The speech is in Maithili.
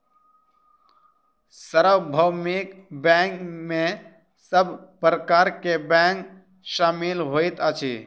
सार्वभौमिक बैंक में सब प्रकार के बैंक शामिल होइत अछि